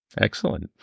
Excellent